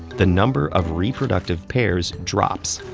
the number of reproductive pairs drops,